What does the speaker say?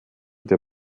der